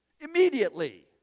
immediately